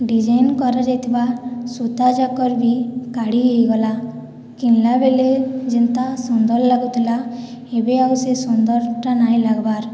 design କରାଯାଇଥିବା ସୂତାଜାକ ବି କାଢି ହେଇଗଲା କିଣିଲାବେଳେ ଜେନ୍ତା ସୁନ୍ଦର୍ ଲାଗୁଥିଲା ଏବେ ଆଉ ସେ ସୁନ୍ଦର୍ଟା ନାଇଁ ଲାଗ୍ବାର୍